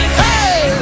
hey